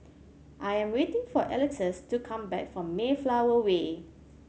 I am waiting for Alexus to come back from Mayflower Way